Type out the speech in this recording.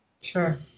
Sure